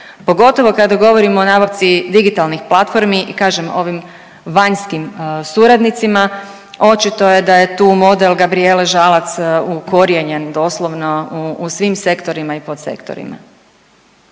pogotovo kada govorim o nabavci digitalnih platformi i kažem ovim vanjskim suradnicima očito je da je tu model Gabrijele Žalac ukorijenjen doslovno u svim sektorima i podsektorima.